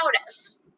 notice